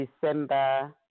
December